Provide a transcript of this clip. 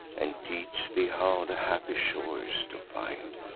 and teach thee how the happy shores to find.